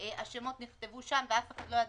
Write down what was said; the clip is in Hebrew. אנחנו עוברים לסעיף האחרון בסדר היום: